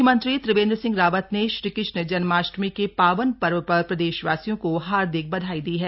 म्ख्यमंत्री त्रिवेन्द्र सिंह रावत ने श्रीकृष्ण जन्माष्टमी के पावन पर्व पर प्रदेशवासियों को हार्दिक बधाई दी है